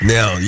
Now